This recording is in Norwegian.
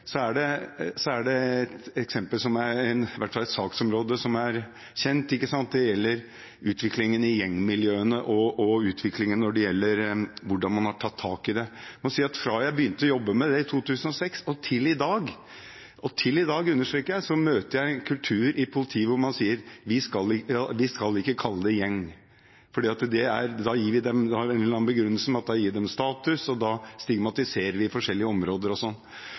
Et saksområde som i hvert fall er kjent, gjelder utviklingen i gjengmiljøene og hvordan man har tatt tak i det. Fra jeg begynte å jobbe med det i 2006 og til i dag – jeg understreker: til i dag – har jeg møtt en kultur i politiet hvor man sier: Vi skal ikke kalle det en gjeng, for da gir vi dem status, og da stigmatiserer vi forskjellige områder. Det har vært en gjennomgangstone fra politiledelsen og dem som har styrt virksomheten, mens politifolk på grunnplanet veldig godt vet hva de står overfor. Det har kommet fram mer og